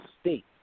state